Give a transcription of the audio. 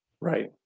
Right